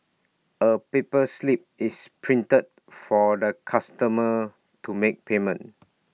A paper slip is printed for the customer to make payment